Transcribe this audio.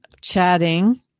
chatting